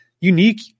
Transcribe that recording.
unique